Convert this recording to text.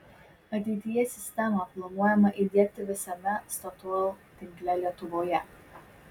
ateityje sistemą planuojama įdiegti visame statoil tinkle lietuvoje